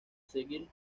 seguir